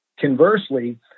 conversely